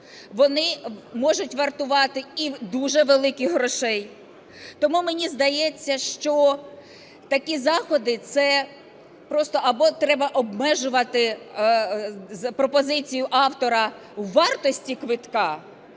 Вони можуть вартувати і дуже великих грошей. Тому мені здається, що такі заходи – це просто або треба обмежувати пропозицію автора у вартості квитка,